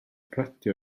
radio